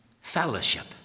fellowship